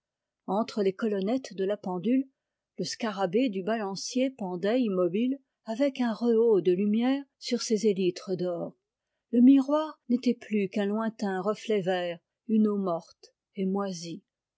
entre les colonnettes de la pendule le scarabée du balancier pendait immobile avec un rehaut de lumière sur ses élytres d'or le miroir n'était plus qu'un lointain reflet vert une eau morte et moisie